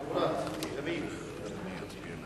אדוני היושב-ראש, חברי כנסת,